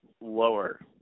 lower